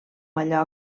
allò